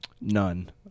none